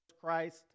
Christ